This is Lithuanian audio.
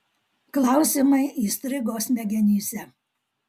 klausimai įstrigo smegenyse